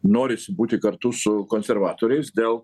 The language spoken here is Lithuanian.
norisi būti kartu su konservatoriais dėl